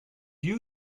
you